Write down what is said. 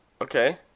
Okay